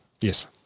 Yes